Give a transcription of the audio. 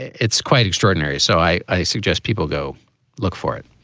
it's quite extraordinary. so i i suggest people go look for it